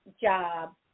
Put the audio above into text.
job